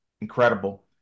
Incredible